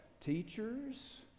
teachers